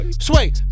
Sway